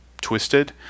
twisted